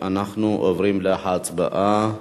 אנחנו עוברים להצבעה.